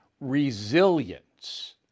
resilience